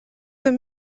für